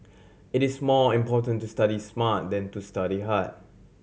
it is more important to study smart than to study hard